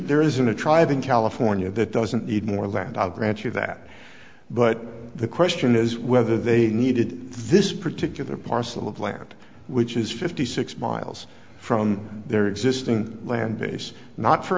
there isn't a tribe in california that doesn't need more land i'll grant you that but the question is whether they needed this particular parcel of land which is fifty six miles from their existing land base not for